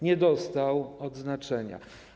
nie dostał odznaczenia.